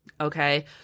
okay